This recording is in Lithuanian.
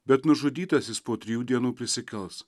bet nužudytasis po trijų dienų prisikels